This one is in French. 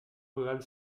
rurale